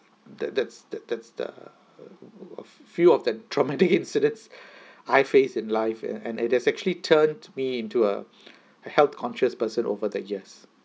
that that's that that's the few of the traumatic incidents I face in life and and it has actually turned me into a health conscious person over the years